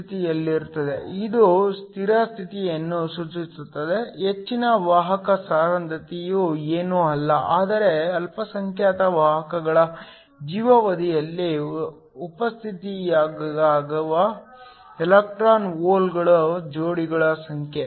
ಇದು ಸ್ಥಿರ ಸ್ಥಿತಿಯನ್ನು ಸೂಚಿಸುತ್ತದೆ ಹೆಚ್ಚಿನ ವಾಹಕ ಸಾಂದ್ರತೆಯು ಏನೂ ಅಲ್ಲ ಆದರೆ ಅಲ್ಪಸಂಖ್ಯಾತ ವಾಹಕಗಳ ಜೀವಿತಾವಧಿಯಲ್ಲಿ ಉತ್ಪತ್ತಿಯಾಗುವ ಎಲೆಕ್ಟ್ರಾನ್ ಹೋಲ್ ಜೋಡಿಗಳ ಸಂಖ್ಯೆ